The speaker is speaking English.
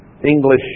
English